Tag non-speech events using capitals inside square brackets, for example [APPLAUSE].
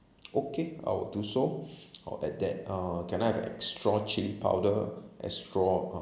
okay I will do so [BREATH] uh that that uh can I have extra chilli powder extra um